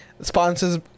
sponsors